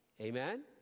Amen